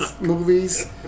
movies